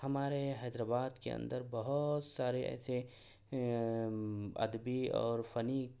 ہمارے حیدرآباد کے اندر بہت سارے ایسے ادبی اور فنی